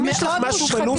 אם יש לך משהו בלו"ז,